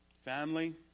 family